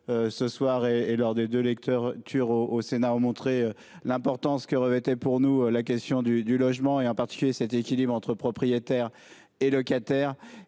Ce soir et et lors des 2 Lecteurs, Turow au Sénat ont montré l'importance que revêtait pour nous la question du, du logement et en particulier cet équilibre entre propriétaires et locataires